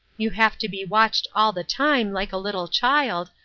you have to be watched all the time, like a little child,